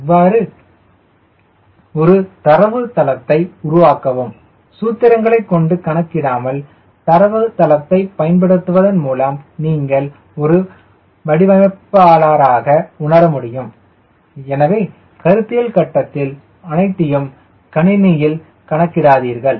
எனவே ஒரு தரவுத்தளத்தை உருவாக்கவும் சூத்திரங்களைக் கொண்டு கணக்கிடாமல் தரவுத்தளத்தைப் பயன்படுத்துவதன் மூலம் நாம் வடிவமைப்பாளராக உணரமுடியும் கருத்தியல் கட்டத்தில் அனைத்தையும் கணினியில் கணக்கிடாதீர்கள்